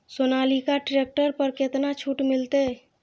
Sonalika tractor पर केतना छूट मिलते?